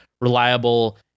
reliable